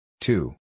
Two